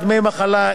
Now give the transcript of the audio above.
דמי מחלה,